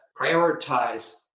prioritize